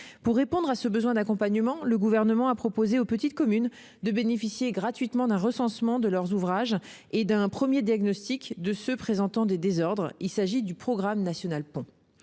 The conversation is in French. Pour répondre à ce besoin d'accompagnement, le Gouvernement a proposé aux petites communes de bénéficier gratuitement d'un recensement de leurs ouvrages et d'un premier diagnostic de ceux présentant des désordres : il s'agit du programme national Ponts.